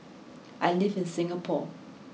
I live in Singapore